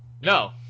No